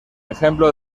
ejemplo